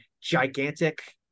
gigantic